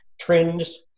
Trends